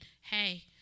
hey